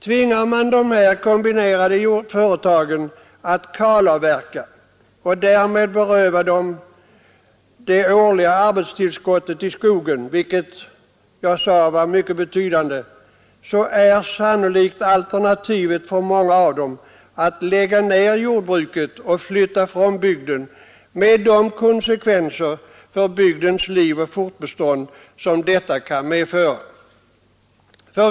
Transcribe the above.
Tvingar man dessa kombinerade företag att kalavverka och därmed berövar dem det årliga arbetstillskottet i skogen, vilket jag sade var mycket betydande, är sannolikt alternativet för många av dem att lägga ned jordbruket och flytta från bygden med de konsekvenser för bygdens liv och fortbestånd som det skulle medföra.